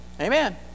Amen